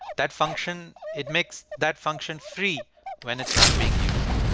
that function it makes that function free when it's not being used.